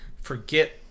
forget